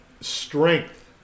strength